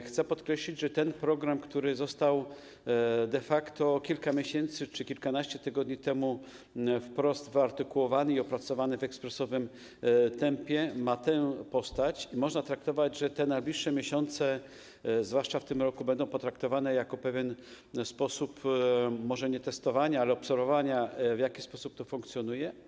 Chcę podkreślić, że ten program, który został de facto kilka miesięcy czy kilkanaście tygodni temu wprost wyartykułowany i opracowany w ekspresowym tempie, ma tę postać i te najbliższe miesiące, zwłaszcza w tym roku, będą potraktowane jako pewien sposób może nie testowania, ale obserwowania, w jaki sposób to funkcjonuje.